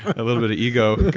a little bit of ego like